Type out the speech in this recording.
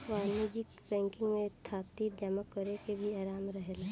वाणिज्यिक बैंकिंग में थाती जमा करेके भी आराम रहेला